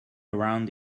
around